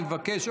אני מבקש,